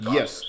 Yes